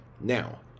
Now